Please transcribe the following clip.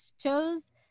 chose